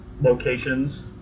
locations